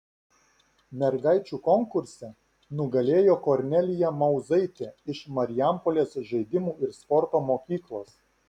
mergaičių konkurse nugalėjo kornelija mauzaitė iš marijampolės žaidimų ir sporto mokyklos